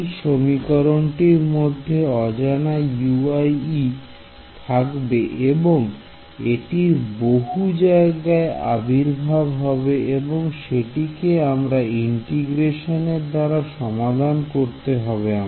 এই সমীকরণ টির মধ্যে অজানা থাকবে এবং এটির বহু জায়গায় আবির্ভাব হবে এবং সেটিকে আমাকে ইন্টিগ্রেশন এর দ্বারা সমাধান করতে হবে